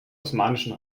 osmanischen